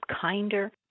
kinder